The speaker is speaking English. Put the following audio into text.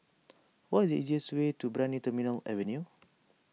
what is the easiest way to Brani Terminal Avenue